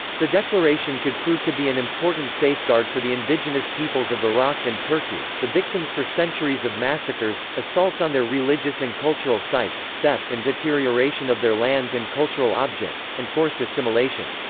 the declaration could prove to be an important safeguard for the indigenous peoples of iraq and turkey, the victims for centuries of massacres, assaults on their religious and cultural sites, theft and deterioration of their lands and cultural objects, and forced assimilation.